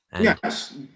Yes